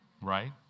right